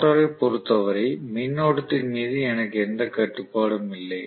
ரோட்டரைப் பொருத்தவரை மின்னோட்டத்தின் மீது எனக்கு எந்த கட்டுப்பாடும் இல்லை